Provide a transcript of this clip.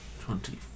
twenty